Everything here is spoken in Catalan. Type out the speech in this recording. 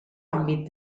àmbit